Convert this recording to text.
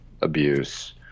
abuse